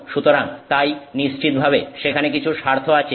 সুতরাং তাই নিশ্চিতভাবে সেখানে কিছু স্বার্থ আছে